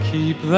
Keep